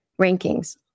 rankings